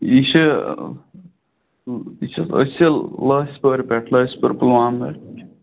یہِ چھُ یہِ چھُ أسۍ چھِ لٔسۍ پورِ پٮ۪ٹھٕ لٔسۍ پورِ پُلوامہ